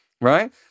right